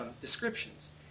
descriptions